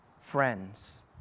friends